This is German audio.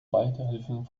beihilfen